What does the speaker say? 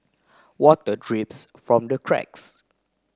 water drips from the cracks